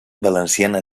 valenciana